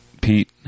Pete